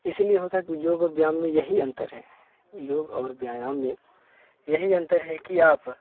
इसलिए होता कि योग और व्यायाम में यही अंतर है योग और व्यायाम में यही अंतर है कि आप